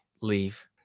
leave